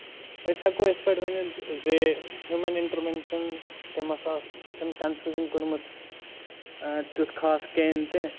أسۍ ہٮ۪کو یِتھ پٲٹھۍ ؤنِتھ زِ ہیوٗمَن اِنٹروینشن تٔمۍ ہسا چھُنہٕ کَنفیوٗجن کوٚرمُت تیُتھ خاص کِہینۍ تہِ